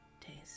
taste